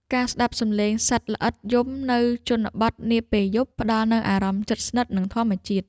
ការស្តាប់សំឡេងសត្វល្អិតយំនៅជនបទនាពេលយប់ ផ្តល់នូវអារម្មណ៍ជិតស្និទ្ធនឹងធម្មជាតិ។